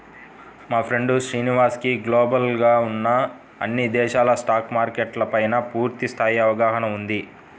మా ఫ్రెండు శ్రీనివాస్ కి గ్లోబల్ గా ఉన్న అన్ని దేశాల స్టాక్ మార్కెట్ల పైనా పూర్తి స్థాయి అవగాహన ఉంది